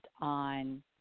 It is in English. on